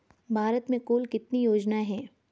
भारत में कुल कितनी योजनाएं हैं?